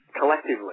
collectively